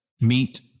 Meet